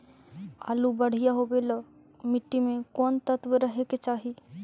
आलु बढ़िया होबे ल मट्टी में कोन तत्त्व रहे के चाही?